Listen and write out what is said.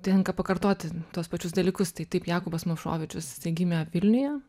tenka pakartoti tuos pačius dalykus tai taip jakubas movšovičius jisai gimė vilniuje